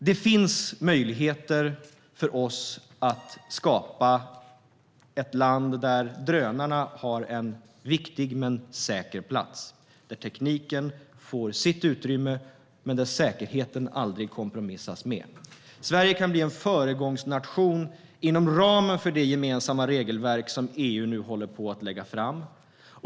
Det finns möjligheter för oss att skapa ett land där drönarna har en viktig men säker plats och där tekniken får sitt utrymme men säkerheten aldrig kompromissas med. Sverige kan bli en föregångsnation inom ramen för det gemensamma regelverk EU nu håller på att lägga fram.